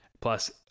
plus